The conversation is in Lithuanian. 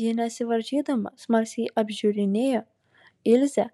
ji nesivaržydama smalsiai apžiūrinėjo ilzę